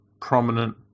prominent